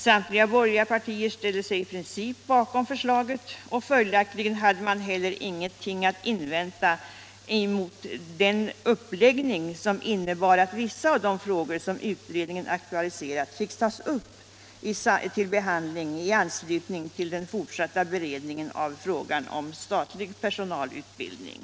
Samtliga borgerliga partier ställde sig i princip bakom förslaget, och följaktligen hade man heller ingenting att invända emot den uppläggning som innebar att vissa av de frågor som utredningen aktualiserat fick tas upp till behandling i anslutning till den fortsatta beredningen av frågan om statlig personalutbildning.